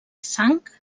sang